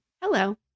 Hello